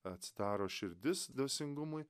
atsidaro širdis dvasingumui